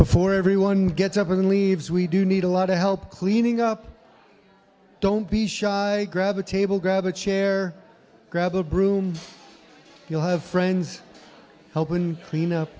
before everyone gets up and leaves we do need a lot of help cleaning up don't be shy grab a table grab a chair grab a broom you'll have friends help in clean up